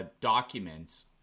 documents